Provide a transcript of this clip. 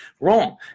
Wrong